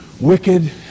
wicked